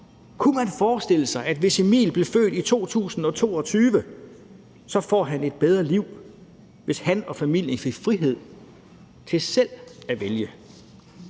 Kunne man forestille sig, at Emil, hvis han blev født i 2022, får et bedre liv, hvis han og familien får frihed til selv at vælge,